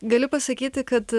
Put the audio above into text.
galiu pasakyti kad